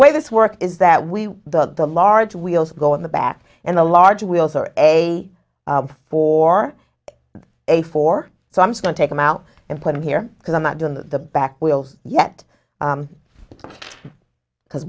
way this works is that we the the large wheels go in the back and the large wheels are a four a four so i'm going to take them out and put them here because i'm not doing the back wheels yet because